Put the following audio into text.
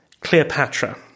Cleopatra